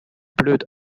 blöd